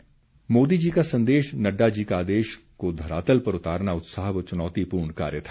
त्रिलोक कपूर मोदी जी का संदेश नड्डा जी का आदेश को धरातल पर उतारना उत्साह व चुनौतीपूर्ण कार्य था